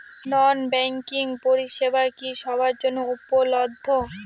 নন banking পরিষেবা কি সবার জন্য উপলব্ধ?